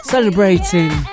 Celebrating